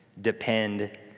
depend